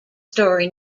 story